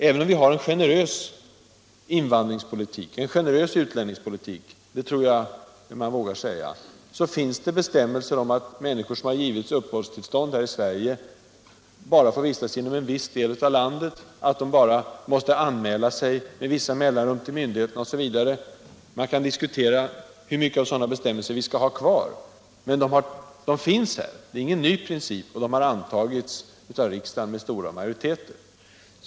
Även om vi har en generös invandringspolitik och en generös utlänningspolitik — det tror jag man vågar påstå — så kan det utfärdas föreskrifter om att människor, som har beviljats uppehållstillstånd i Sverige, bara får vistas inom en viss del av landet, att de med vissa mellanrum måste anmäla sig till myndigheter osv. Man kan diskutera hur mycket av sådana bestämmelser vi skall ha kvar, men de finns — det är ingen ny princip — och de har antagits av riksdagen med stora majoriteter.